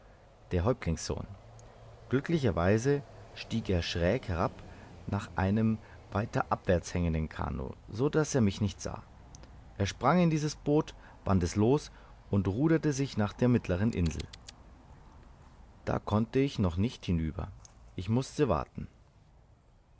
der häuptlingssohn glücklicherweise stieg er schräg herab nach einem weiter abwärts hängenden kanoe so daß er mich nicht sah er sprang in dieses boot band es los und ruderte sich nach der mittlern insel da konnte ich noch nicht hinüber ich mußte warten